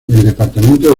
departamento